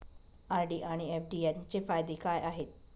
RD आणि FD यांचे फायदे काय आहेत?